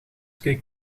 keek